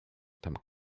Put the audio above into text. tam